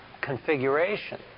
configuration